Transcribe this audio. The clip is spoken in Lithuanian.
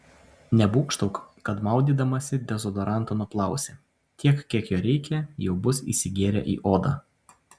nebūgštauk kad maudydamasi dezodorantą nuplausi tiek kiek jo reikia jau bus įsigėrę į odą